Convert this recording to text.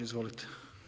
Izvolite.